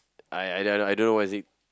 I I don't know I don't know what is it